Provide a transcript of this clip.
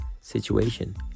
situation